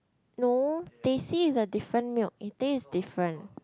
no teh C is a different milk it taste different